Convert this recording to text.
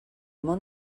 món